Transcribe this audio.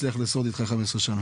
הוא לא היה מצליח לשרוד אתך 15 שנים.